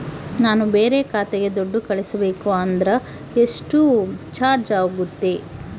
ನಾನು ಬೇರೆ ಖಾತೆಗೆ ದುಡ್ಡು ಕಳಿಸಬೇಕು ಅಂದ್ರ ಎಷ್ಟು ಚಾರ್ಜ್ ಆಗುತ್ತೆ?